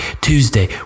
Tuesday